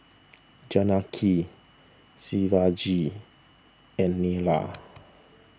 Janaki Shivaji and Neila